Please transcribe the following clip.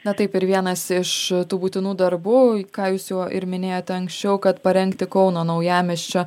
na taip ir vienas iš tų būtinų darbų į ką jūs juo ir minėjote anksčiau kad parengti kauno naujamiesčio